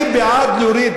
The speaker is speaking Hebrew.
אני בעד להוריד,